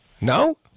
No